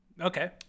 Okay